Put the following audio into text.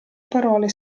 parole